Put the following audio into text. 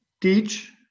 teach